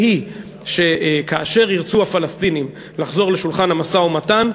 והיא שכאשר ירצו הפלסטינים לחזור לשולחן המשא-ומתן,